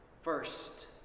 First